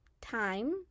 time